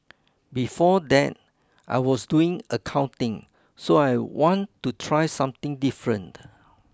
before that I was doing accounting so I want to try something different